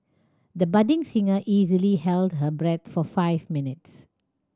the budding singer easily held her breath for five minutes